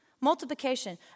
Multiplication